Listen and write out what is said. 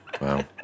Wow